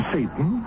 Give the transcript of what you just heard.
Satan